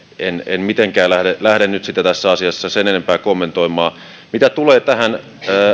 en mitenkään lähde nyt sitä tässä asiassa sen enempää kommentoimaan mitä tulee tähän